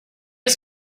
was